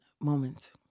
moment